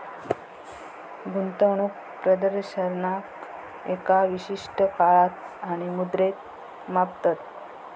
गुंतवणूक प्रदर्शनाक एका विशिष्ट काळात आणि मुद्रेत मापतत